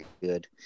good